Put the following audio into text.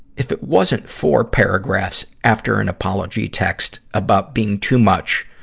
if it wasn't four paragraphs after an apology text about being too much,